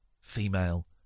female